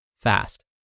fast